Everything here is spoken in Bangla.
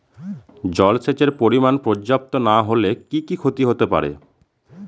জলসেচের পরিমাণ পর্যাপ্ত না হলে কি কি ক্ষতি হতে পারে?